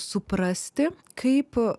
suprasti kaip